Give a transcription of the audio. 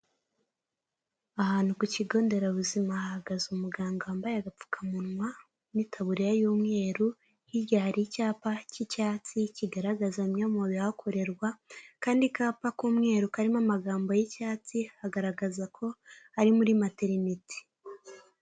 Ahantu ku kigo nderabuzima hahagaze umuganga wambaye agapfukamunwa n'itaburiya y'umweru, hirya hari icyapa cy'icyatsi kigaragaza bimwe mu bihakorerwa, akandi kapa k'umweru karimo amagambo y'icyatsi hagaragaza ko ari muri materineti.